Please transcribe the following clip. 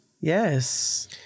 Yes